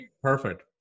Perfect